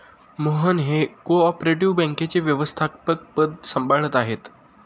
मोहन हे cooperative बँकेचे व्यवस्थापकपद सांभाळत आहेत